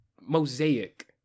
mosaic